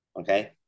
okay